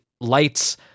lights